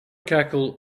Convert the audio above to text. cackle